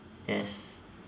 yes